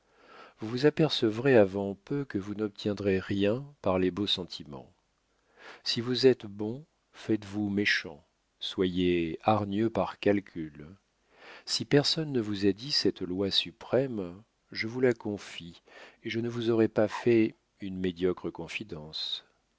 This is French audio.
vous vous apercevrez avant peu que vous n'obtiendrez rien par les beaux sentiments si vous êtes bon faites-vous méchant soyez hargneux par calcul si personne ne vous a dit cette loi suprême je vous la confie et je ne vous aurai pas fait une médiocre